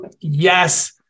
Yes